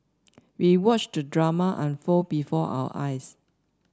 we watched drama unfold before our eyes